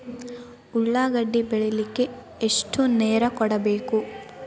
ಉಳ್ಳಾಗಡ್ಡಿ ಬೆಳಿಲಿಕ್ಕೆ ಎಷ್ಟು ನೇರ ಕೊಡಬೇಕು?